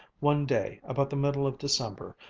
one day about the middle of december,